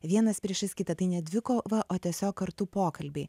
vienas priešais kitą tai ne dvikova o tiesiog kartu pokalbiai